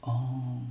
oh